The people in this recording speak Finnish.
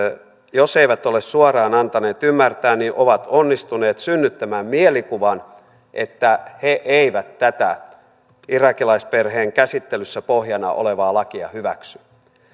jos eivät ole suoraan antaneet ymmärtää ovat kuitenkin onnistuneet synnyttämään mielikuvan että he eivät tätä irakilaisperheen käsittelyssä pohjana olevaa lakia hyväksy